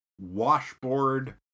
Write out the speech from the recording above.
washboard